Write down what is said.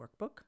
Workbook